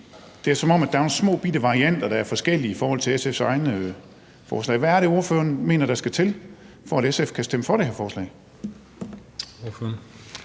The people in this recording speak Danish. det er, som om der er nogle små bitte varianter, der er forskellige i forhold til SF's egne forslag. Hvad er det ordføreren mener der skal til, for at SF kan stemme for det her forslag?